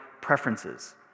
preferences